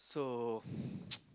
so